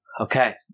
Okay